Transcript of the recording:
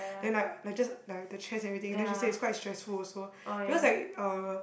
then I like just like the chairs and everything then she say it's quite stressful also because I um